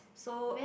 so it